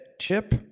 chip